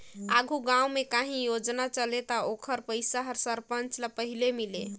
आघु गाँव में काहीं योजना चले ता ओकर पइसा हर सरपंच ल पहिले मिले